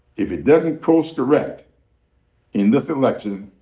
if it doesn't course correct in this election,